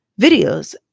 videos